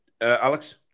Alex